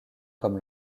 comme